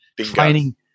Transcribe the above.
Training